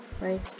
right